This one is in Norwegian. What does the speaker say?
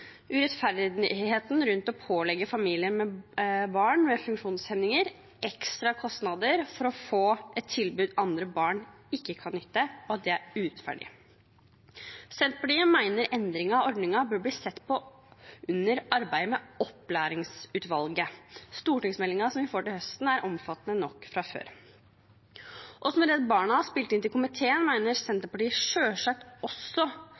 urettferdigheten rundt å pålegge familier med barn med funksjonshemninger ekstra kostnader for å få et tilbud andre barn ikke kan nytte. Senterpartiet mener endringer av ordningen bør bli sett på under arbeidet til opplæringslovutvalget. Stortingsmeldingen som vi får til høsten, er omfattende nok fra før. Og som Redd Barna spilte inn til komiteen, mener Senterpartiet selvsagt også